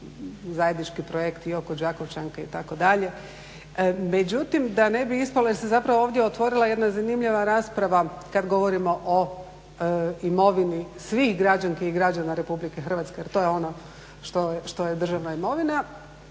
zajednički projekt i oko Đakovčanke itd. Međutim, da ne bi ispalo jer se zapravo ovdje otvorila jedna zanimljiva rasprava kad govorimo o imovini svih građanki i građana Republike Hrvatske jer to je ono što je državna imovina